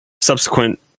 subsequent